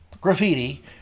graffiti